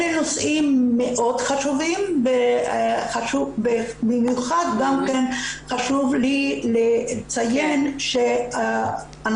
אלה נושאים מאוד חשובים ומיוחד גם כן חשוב לי לציין שאנחנו